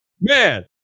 man